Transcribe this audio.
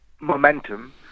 momentum